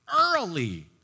Early